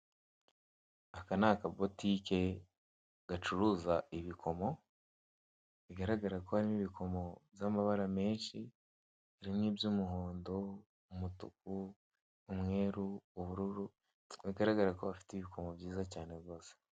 Aka ni aka botike gacuruza ibikomo , bigaragara ko harimo ibikomo by' amabara menshi, harimo iby' umuhondo, umutuku, umweru, ubururu bigaragara ko bafite ibikomo byiza cyane rwose .